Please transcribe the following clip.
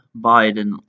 Biden